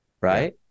right